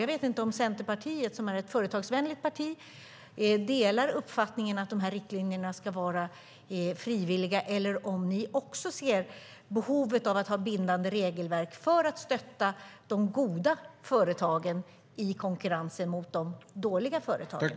Jag vet inte om ni i Centerpartiet, som är ett företagsvänligt parti, delar uppfattningen att de här riktlinjerna ska vara frivilliga eller om ni också ser behovet av att ha bindande regelverk för att stötta de goda företagen i konkurrensen med de dåliga företagen.